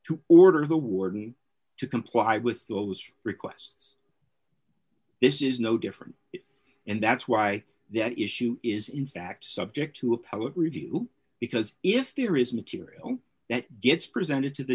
to order the warden to comply with those requests this is no different and that's why the issue is in fact subject to appellate review because if there is material that gets presented to the